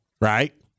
right